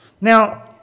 Now